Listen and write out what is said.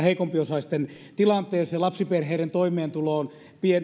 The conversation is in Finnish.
heikompiosaisten tilanteeseen lapsiperheiden toimeentuloon